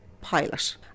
pilot